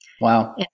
Wow